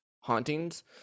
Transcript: hauntings